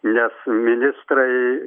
nes ministrai